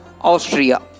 Austria